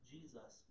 Jesus